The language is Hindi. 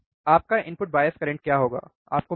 आपका इनपुट बायस करंट क्या होगा आपको मिल गया